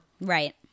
right